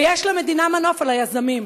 ויש למדינה מנוף על היזמים.